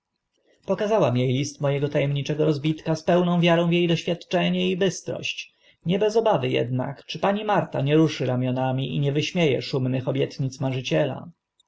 e list mego ta emniczego rozbitka z pełną wiarą w e doświadczenie i bystrość nie bez obawy ednak czy pani marta nie ruszy ramionami i nie wyśmie e